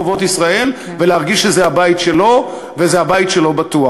ישראל ולהרגיש שזה הבית שלו והבית שלו בטוח.